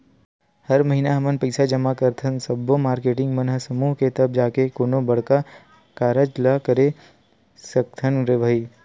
हर महिना हमन पइसा जमा करथन सब्बो मारकेटिंग मन ह समूह के तब जाके कोनो बड़का कारज ल करे सकथन रे भई